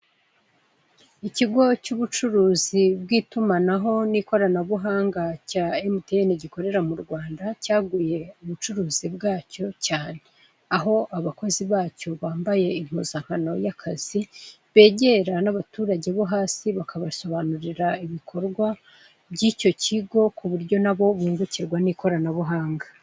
Ikigo cy'ubucuruzi bw'itumanaho n'ikoranabuhanga cya MTN gikorera mu Rwanda, cyaguye ubucuruzi bwacyo cyane, aho abakozi bacyo bambaye impuzankano y'akazi, begera n'abaturage bo hasi bakabasobanurira ibikorwa by'icyo kigo kuburyo nabo bungukirwa n'ikoranabuhanga.